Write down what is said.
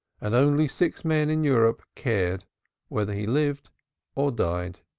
and only six men in europe cared whether he lived or died.